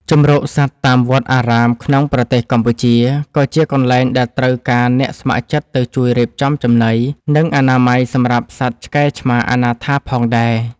ជម្រកសត្វតាមវត្តអារាមក្នុងប្រទេសកម្ពុជា ក៏ជាកន្លែងដែលត្រូវការអ្នកស្ម័គ្រចិត្តទៅជួយរៀបចំចំណី និងអនាម័យសម្រាប់សត្វឆ្កែឆ្មាអនាថាផងដែរ។